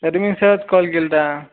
तरी मी सहज कॉल केला होता